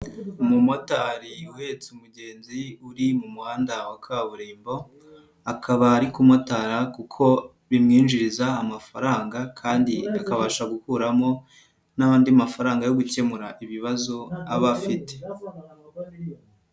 Umumotari uhetse umugenzi uri mu muhanda wa kaburimbo, akaba ari kumotara kuko bimwinjiriza amafaranga kandi akabasha gukuramo n'andi mafaranga yo gukemura ibibazo aba afite.